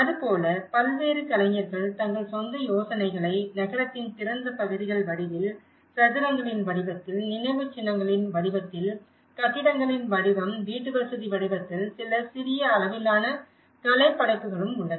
அதுபோல பல்வேறு கலைஞர்கள் தங்கள் சொந்த யோசனைகளை நகரத்தின் திறந்த பகுதிகள் வடிவில் சதுரங்களின் வடிவத்தில் நினைவுச்சின்னங்களின் வடிவத்தில் கட்டிடங்களின் வடிவம் வீட்டுவசதி வடிவத்தில் சில சிறிய அளவிலான கலைப்படைப்புகளும் உள்ளன